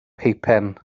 peipen